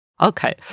Okay